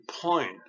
point